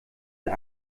der